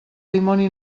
dimoni